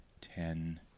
ten